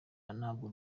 ntabwo